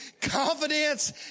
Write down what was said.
Confidence